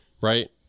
Right